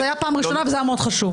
זה היה פעם ראשונה, וזה היה מאוד חשוב.